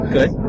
Good